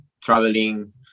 traveling